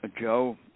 Joe